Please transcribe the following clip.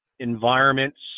environments